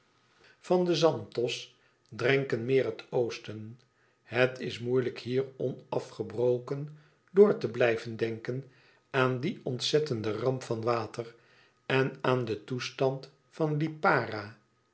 van den zanthos drenken meer het oosten het is moeilijk hier onafgebroken door te blijven denken aan die ontzettende ramp van water en aan den toestand van lipara